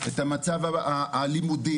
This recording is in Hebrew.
את המצב הלימודי,